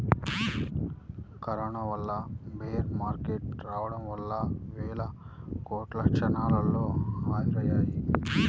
corona వల్ల bear market రావడం వల్ల వేల కోట్లు క్షణాల్లో ఆవిరయ్యాయి